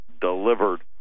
delivered